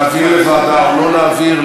להעביר לוועדה או לא להעביר.